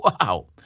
Wow